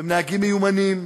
והם נהגים מיומנים,